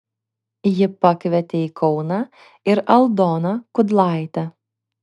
ji pakvietė į kauną ir aldoną kudlaitę